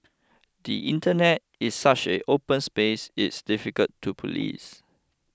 the Internet is such an open space it's difficult to police